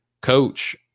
coach